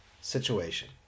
situation